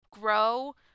grow